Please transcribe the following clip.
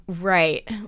Right